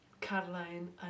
Caroline